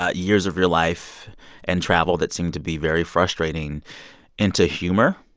ah years of your life and travel that seem to be very frustrating into humor?